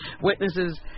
Witnesses